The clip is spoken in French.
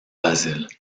basile